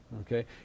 okay